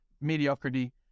mediocrity